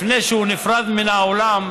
לפני שהוא נפרד מן העולם,